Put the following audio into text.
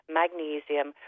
magnesium